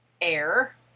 air